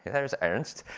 there's ernst!